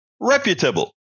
Reputable